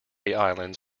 islands